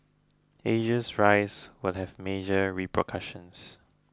Asia's rise would have major repercussions